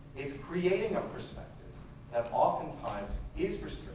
it's creating a perspective that oftentimes is